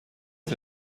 dix